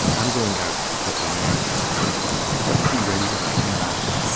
i'm going out to put the mare in, marilla. have tea ready when i come back.